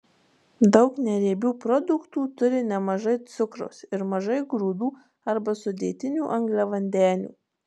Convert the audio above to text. daug neriebių produktų turi nemažai cukraus ir mažai grūdų arba sudėtinių angliavandenių